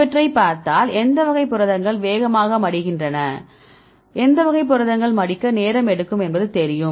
இவற்றைப் பார்த்தால் எந்த வகை புரதங்கள் வேகமாக மடிகின்றன எந்த வகை புரதங்கள் மடிக்க நேரம் எடுக்கும் என்பது தெரியும்